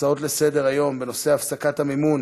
הצעות לסדר-היום בנושא: הפסקת המימון